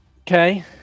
Okay